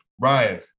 Ryan